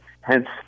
Hence